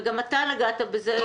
וגם אתה נגעת בזה,